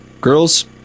Girls